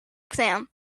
exam